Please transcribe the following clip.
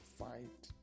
fight